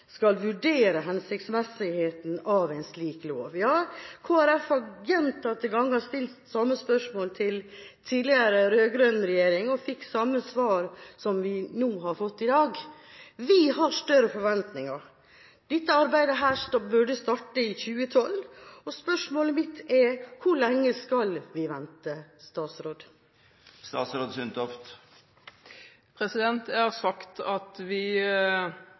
skal vurdere hensiktsmessigheten av en slik lov. Kristelig Folkeparti har gjentatte ganger stilt samme spørsmål til den tidligere rød-grønne regjeringa og fikk samme svar som vi har fått i dag. Vi har større forventninger. Dette arbeidet burde startet i 2012. Mitt spørsmål til statsråden er: Hvor lenge skal vi vente? Jeg har sagt at vi